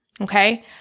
Okay